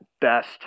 best